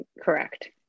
correct